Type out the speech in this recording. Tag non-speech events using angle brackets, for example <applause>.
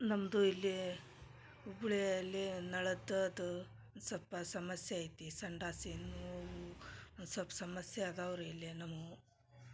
ನಮ್ಮದು ಇಲ್ಲಿ ಹುಬ್ಬಳ್ಳಿಯಲ್ಲಿ ನಳತ್ತದು ಸ್ವಲ್ಪ ಸಮಸ್ಯೆ ಐತಿ ಸಂಡಾಸಿ <unintelligible> ಸೊಲ್ಪ ಸಮಸ್ಯೆ ಅದಾವ ರೀ ಇಲ್ಲೆ ನಮೂ